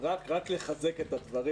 רק לחזק את הדברים.